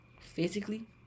physically